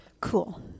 cool